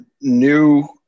new